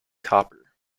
copper